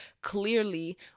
clearly